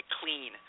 clean